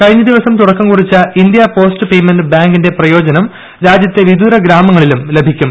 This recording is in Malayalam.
കഴിഞ്ഞദിവസം തുടക്കം കുറിച്ച ഇന്ത്യാ പോസ്റ്റ് പേമെന്റ് ബാങ്കിന്റെ പ്രയോജനം രാജ്യത്തെ വിദൂര ഗ്രാമങ്ങളിലും ലഭിക്കും